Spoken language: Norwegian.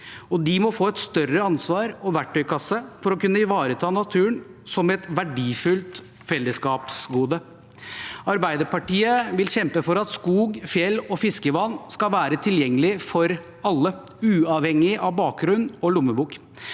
de må få et større ansvar og en større verktøykasse for å kunne ivareta naturen som et verdifullt fellesskapsgode. Arbeiderpartiet vil kjempe for at skog, fjell og fiskevann skal være tilgjengelig for alle, uavhengig av bakgrunn og lommebok.